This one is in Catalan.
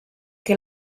que